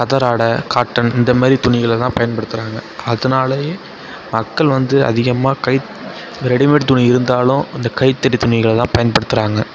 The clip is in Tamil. கதர் ஆடை காட்டன் இந்த மாரி துணிகளை தான் பயன்டுத்துகிறாங்க அதனாலையே மக்கள் வந்து அதிகமாக கை இந்த ரெடிமேட் துணி இருந்தாலும் அந்த கைத்தறி துணிகளை தான் பயன்படுத்துகிறாங்க